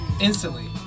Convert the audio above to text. instantly